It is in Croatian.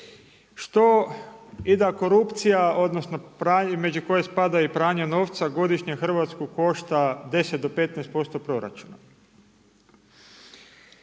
što i da korupcija, odnosno među koje spada i pranje novca godišnje Hrvatsku košta 10 do 15% proračuna.